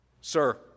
Sir